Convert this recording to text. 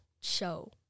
show